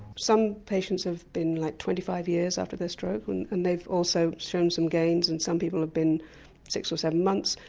some patients have been like twenty five years after their stroke and and they've also shown some gains and some people have been six or seven months.